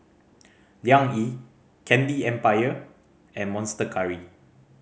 Liang Yi Candy Empire and Monster Curry